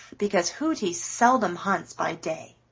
because hooty seldom hunts by day.